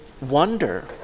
wonder